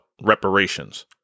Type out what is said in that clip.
reparations